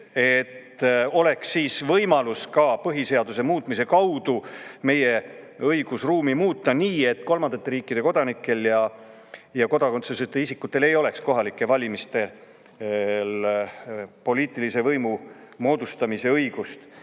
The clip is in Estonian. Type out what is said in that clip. et oleks võimalus põhiseaduse muutmise kaudu meie õigusruumi muuta nii, et kolmandate riikide kodanikel ja kodakondsuseta isikutel ei oleks kohalikel valimistel poliitilise võimu moodustamise õigust.